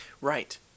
Right